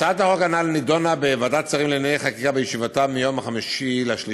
הצעת החוק הנ"ל נדונה בוועדת שרים לענייני חקיקה בישיבתה ביום 5 במרס